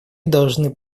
должны